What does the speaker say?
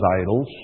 idols